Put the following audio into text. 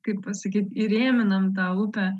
kaip pasakyt įrėminam tą upę